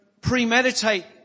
premeditate